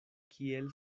kiel